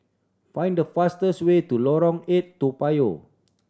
find the fastest way to Lorong Eight Toa Payoh